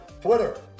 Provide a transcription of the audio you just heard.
Twitter